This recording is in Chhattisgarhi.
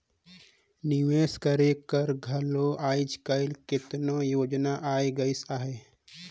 निवेस करे कर घलो आएज काएल केतनो योजना आए गइस अहे